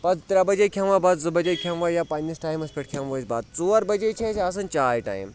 پَتہٕ ترٛےٚ بَجے کھٮ۪وان بَتہٕ زٕ بَجے کھٮ۪موا یا پنٛنِس ٹایمَس پٮ۪ٹھ کھٮ۪موا أسۍ بَتہٕ ژور بَجے چھِ اَسہِ آسان چاے ٹایِم